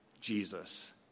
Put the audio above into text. Jesus